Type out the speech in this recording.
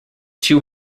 two